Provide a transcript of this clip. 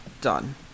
done